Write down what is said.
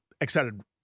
excited